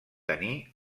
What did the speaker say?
tenir